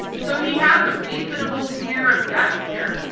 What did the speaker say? so he has a reasonable fear of death here,